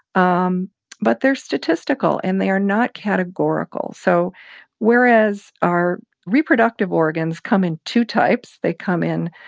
um but they're statistical, and they are not categorical. so whereas our reproductive organs come in two types they come in